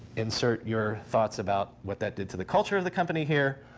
insert your thoughts about what that did to the culture of the company here.